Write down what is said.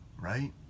right